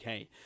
UK